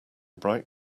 bright